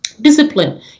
discipline